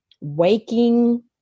waking